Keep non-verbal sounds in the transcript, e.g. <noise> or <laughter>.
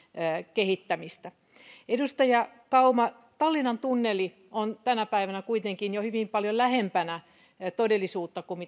kehittämistä edustaja kauma tallinnan tunneli on tänä päivänä kuitenkin jo hyvin paljon lähempänä todellisuutta kuin <unintelligible>